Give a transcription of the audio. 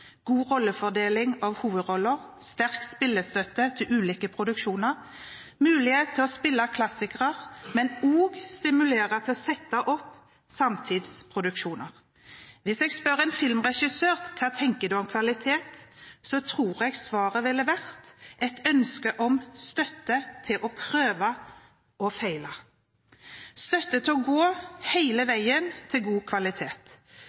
god fordeling av hovedroller, sterk spillestøtte til ulike produksjoner, mulighet til å spille klassikere, men òg stimulans til å sette opp samtidsproduksjoner. Hvis jeg spør en filmregissør hva han tenker om kvalitet, tror jeg svaret ville vært et ønske om støtte til å prøve og feile, støtte til å gå hele veien til god kvalitet,